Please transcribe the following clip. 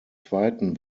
zweiten